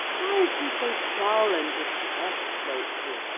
why is he so dull and depressed lately?